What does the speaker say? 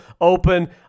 Open